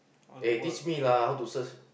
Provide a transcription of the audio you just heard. eh teach me lah how to search